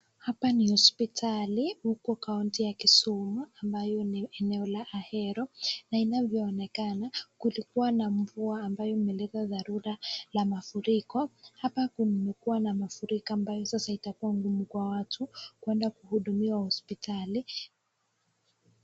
Hapa ni hospitalini huko kaunti ya Kisumu ambayo ni eneo la Ahero na inavyoonekana, kulikuwa na mvua ambayo imeleta dharura ya mafuriko. Hapa kumekuwa na mafuriko ambayo sasa itakuwa ni vigumu kwa watu kwenda kuhudumiwa hospitalini.